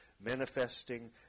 manifesting